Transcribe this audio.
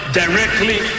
directly